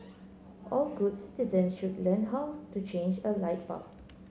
all good citizen should learn how to change a light bulb